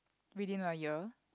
within a year